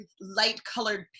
light-colored